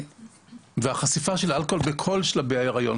אז החשיפה של אלכוהול בכל שלבי ההיריון,